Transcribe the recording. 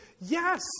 yes